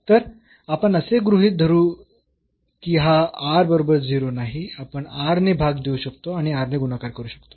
तर आपण असे गृहीत धरू की हा r बरोबर 0 नाही आपण r ने भाग देऊ शकतो आणि r ने गुणाकार करू शकतो